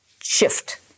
shift